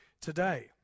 today